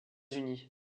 unis